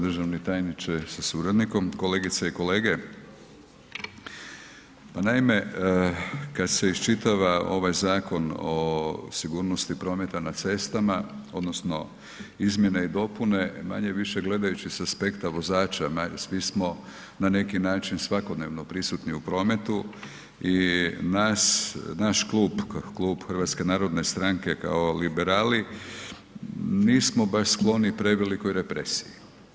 Državni tajniče sa suradnikom, kolegice i kolege, pa naime kad se iščitava ovaj Zakon o sigurnosti prometa na cestama odnosno izmjene i dopune manje-više gledajući sa aspekta vozača, svi smo na neki način svakodnevno prisutni u prometu i nas, naš klub, Klub HNS-a kao liberali nismo baš skloni prevelikoj represiji.